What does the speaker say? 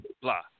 blah